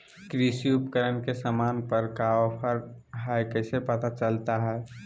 कृषि उपकरण के सामान पर का ऑफर हाय कैसे पता चलता हय?